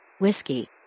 whiskey